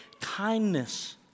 kindness